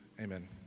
Amen